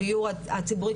הדיור הציבורי,